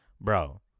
bro